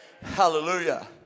Hallelujah